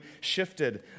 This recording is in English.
shifted